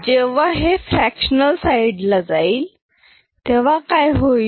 जेव्हा हे fractional side ला जाईल तेव्हा काय होईल